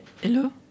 Hello